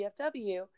DFW